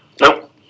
Nope